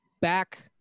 back